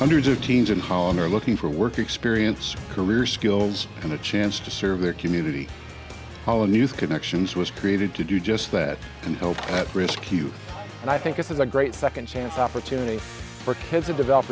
hundreds of teens in holland are looking for work experience career skills and a chance to serve their community college youth connections was created to do just that and help at risk youth and i think it's a great second chance opportunity for kids to develop